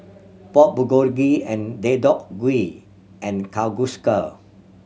Pork Bulgogi and Deodeok Gui and Kalguksu